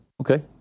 Okay